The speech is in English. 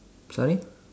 sorry